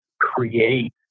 create